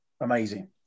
amazing